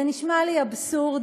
זה נשמע לי אבסורד,